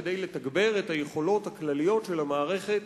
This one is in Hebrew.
כדי לתגבר את היכולות הכלליות של המערכת